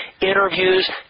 interviews